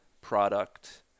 product